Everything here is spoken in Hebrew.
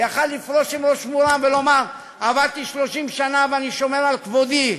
הוא יכול היה לפרוש בראש מורם ולומר: עבדתי 30 שנה ואני שומר על כבודי.